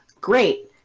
great